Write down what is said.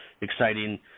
exciting